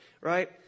right